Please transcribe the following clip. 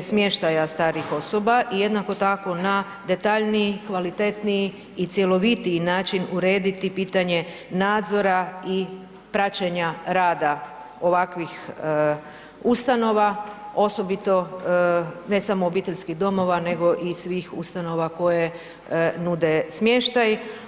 smještaja starijih osoba i jednako tako na detaljniji, kvalitetniji i cjelovitiji način urediti pitanje nadzora i praćenja rada ovakvih ustanova osobito ne samo obiteljskih domova nego i svih ustanova koje nude smještaj.